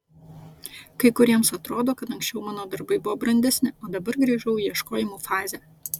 kai kuriems atrodo kad anksčiau mano darbai buvo brandesni o dabar grįžau į ieškojimų fazę